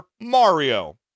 Mario